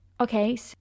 okay